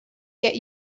get